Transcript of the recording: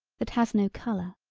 that has no color,